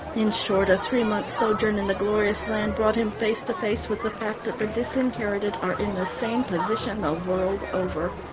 in short, a three months' sojourn in the glorious land brought him face to face with the fact that the disinherited are in the same position the world over.